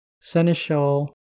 seneschal